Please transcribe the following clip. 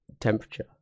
temperature